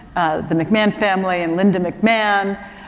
the mcmahon family and linda mcmahon,